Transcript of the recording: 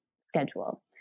schedule